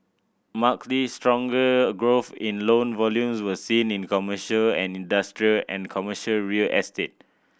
markedly stronger growth in loan volumes was seen in commercial and industrial and commercial real estate